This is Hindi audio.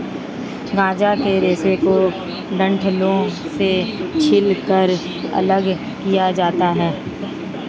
गांजा के रेशे को डंठलों से छीलकर अलग किया जाता है